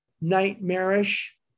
nightmarish